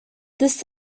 this